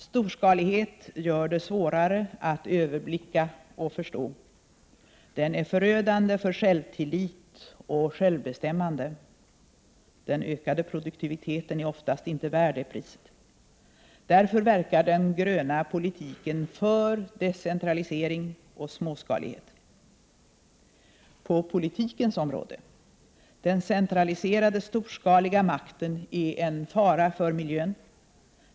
Storskalighet gör det svårare att överblicka och förstå; den är förödande för självtillit och självbestämmande. Den ökade produktiviteten är oftast inte värd det priset. Därför verkar den gröna politiken för decentralisering och småskalighet. —- På politikens område — den centraliserade storskaliga makten är en fara för miljön.